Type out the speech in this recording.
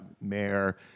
mayor